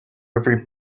every